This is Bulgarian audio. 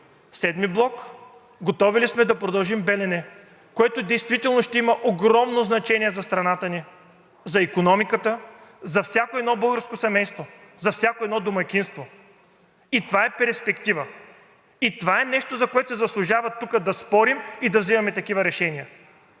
VII блок, готови ли сме да продължим „Белене“, което действително ще има огромно значение за страната ни – за икономиката, за всяко българско семейство, за всяко домакинство. И това е перспектива, и това е нещо, за което си заслужава тук да спорим и да взимаме такива решения,